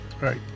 Right